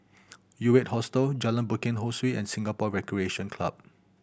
U Eight Hostel Jalan Bukit Ho Swee and Singapore Recreation Club